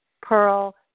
pearl